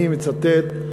אני מצטט.